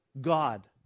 god